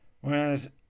whereas